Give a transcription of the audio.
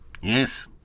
yes